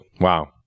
wow